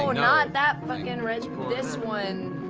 ah not that fucking red this one.